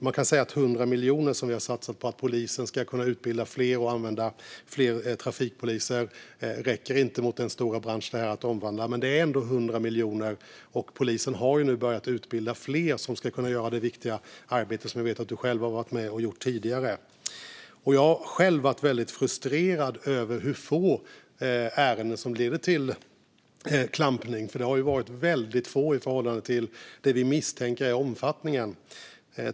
Man kan säga att de 100 miljoner som vi har satsat på att polisen ska kunna utbilda fler och använda fler trafikpoliser inte räcker för att omvandla en så stor bransch, men det är ändå 100 miljoner. Polisen har nu börjat att utbilda fler som ska kunna göra det viktiga arbete som jag vet att du själv, Thomas Morell, har varit med och gjort tidigare. Jag har själv varit väldigt frustrerad över hur få ärenden som leder till klampning. Antalet har ju varit väldigt litet i förhållande till det vi misstänker är omfattningen.